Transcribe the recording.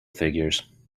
figures